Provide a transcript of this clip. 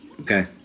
Okay